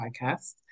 podcast